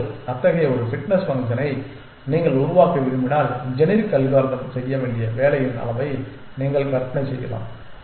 இப்போது அத்தகைய ஒரு ஃபிட்னஸ் ஃபங்ஷனை நீங்கள் உருவாக்க விரும்பினால் ஜெனரிக் அல்காரிதம் செய்ய வேண்டிய வேலையின் அளவை நீங்கள் கற்பனை செய்யலாம்